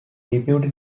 deputy